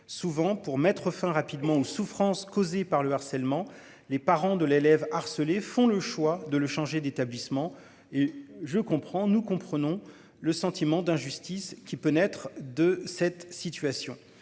souvent pour mettre fin rapidement aux souffrances causées par le harcèlement, les parents de l'élève harcelé font le choix de le changer d'établissement et je comprends. Nous comprenons le sentiment d'injustice qui peut naître de cette situation